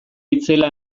itzela